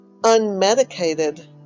unmedicated